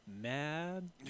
Mad